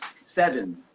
seven